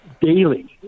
daily